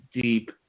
deep